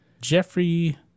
Jeffrey